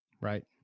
Right